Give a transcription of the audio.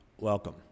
welcome